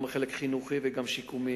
גם חלק חינוכי וגם שיקומי.